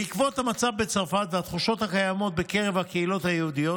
בעקבות המצב בצרפת והתחושות בקרב הקהילות היהודיות,